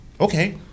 okay